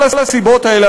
כל הסיבות האלה,